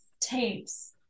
tapes